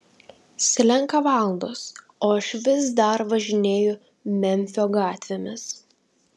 slenka valandos o aš vis dar važinėju memfio gatvėmis